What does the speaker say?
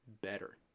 better